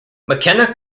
mckenna